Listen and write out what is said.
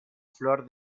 flor